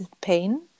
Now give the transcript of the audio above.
pain